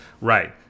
Right